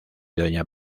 doña